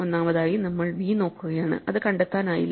ഒന്നാമതായി നമ്മൾ v നോക്കുകയാണ് അത് കണ്ടെത്താനായില്ല